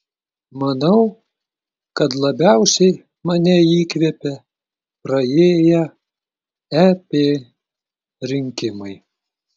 manau kad labiausiai mane įkvėpė praėję ep rinkimai